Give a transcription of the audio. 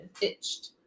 itched